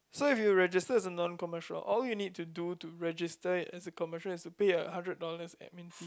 so if you register as a non commercial all you need to do to register it as a commercial is to pay a hundred dollars admin fee